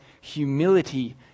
humility